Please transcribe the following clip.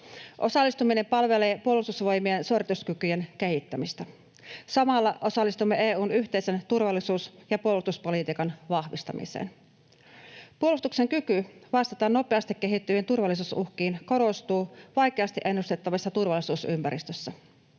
Osallistuminen palvelee Puolustusvoimien suorituskykyjen kehittämistä. Samalla osallistumme EU:n yhteisen turvallisuus- ja puolustuspolitiikan vahvistamiseen. Puolustuksen kyky vastata nopeasti kehittyviin turvallisuusuhkiin korostuu vaikeasti ennustettavassa turvallisuusympäristössä.